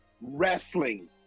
wrestling